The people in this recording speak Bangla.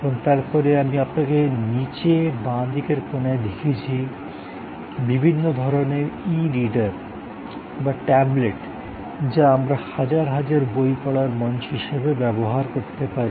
এবং তারপরে আমি আপনাকে নিচের বাঁ দিকের কোনায় দেখিয়েছি বিভিন্ন ধরণের ই রীডার বা ট্যাবলেট যা আমরা হাজার হাজার বই পড়ার মঞ্চ হিসাবে ব্যবহার করতে পারি